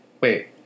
Wait